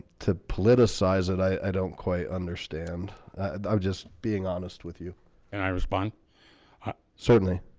to politicize it i don't quite understand. i'm just being honest with you and i respond certainly.